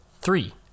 three